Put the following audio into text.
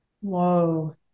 Whoa